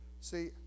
See